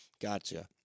gotcha